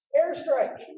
Airstrike